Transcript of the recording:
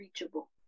reachable